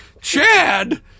Chad